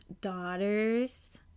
Daughters